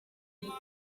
kabiri